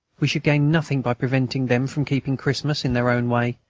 we should gain nothing by preventing them from keeping christmas in their own way,